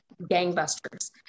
gangbusters